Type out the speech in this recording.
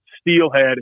steelhead